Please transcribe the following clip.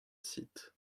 site